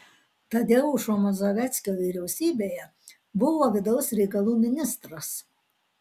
tadeušo mazoveckio vyriausybėje buvo vidaus reikalų ministras